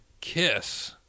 Kiss